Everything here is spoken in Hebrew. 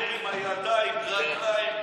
אני מקווה שזו קנאת סופרים ולא קנאה,